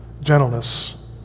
gentleness